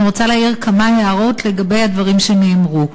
אני רוצה להעיר כמה הערות לגבי הדברים שנאמרו.